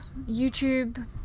YouTube